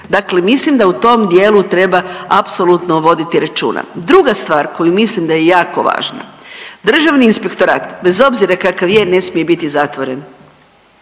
Dakle, mislim da u tom dijelu treba apsolutno voditi računa. Druga stvar koju mislim da da je jako važna. Državni inspektorat bez obzira kakav je ne smije biti zatvoren.